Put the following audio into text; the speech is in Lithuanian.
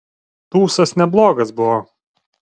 tūsas neblogas buvo